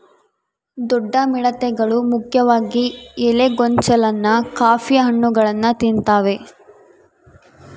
ದೊಡ್ಡ ಮಿಡತೆಗಳು ಮುಖ್ಯವಾಗಿ ಎಲೆ ಗೊಂಚಲನ್ನ ಕಾಫಿ ಹಣ್ಣುಗಳನ್ನ ತಿಂತಾವೆ